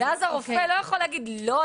ואז הרופא לא יכול להגיד 'לא,